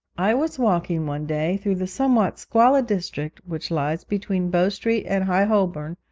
i was walking one day through the somewhat squalid district which lies between bow street and high holborn,